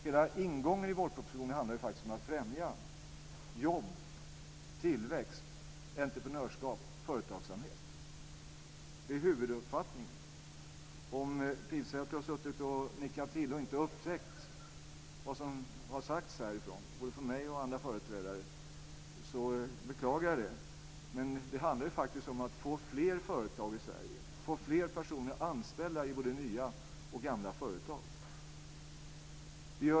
Hela ingången i vårpropositionen handlar faktiskt om att främja jobb, tillväxt, entreprenörskap och företagsamhet. Det är huvuduppfattningen. Om Pilsäter har suttit och nickat till, och inte upptäckt vad som har sagts härifrån - både från mig och från andra företrädare - så beklagar jag det. Det handlar faktiskt om att få fler företag i Sverige och att få fler personer anställda i både nya och gamla företag.